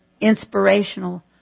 inspirational